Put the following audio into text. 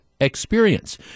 experience